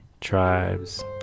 tribes